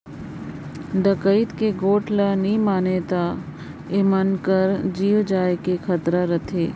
डकइत कर गोएठ ल नी मानें ता एमन कर जीव जाए कर खतरा रहथे